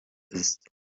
ist